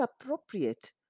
appropriate